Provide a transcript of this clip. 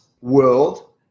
world